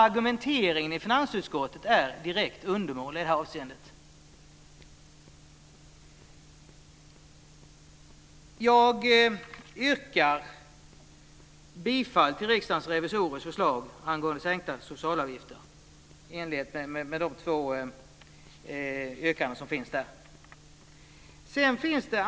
Argumenteringen i finansutskottet är direkt undermålig i det avseendet. Jag yrkar bifall till Riksdagens revisorers förslag angående sänkta socialavgifter i enlighet med det yrkande som finns.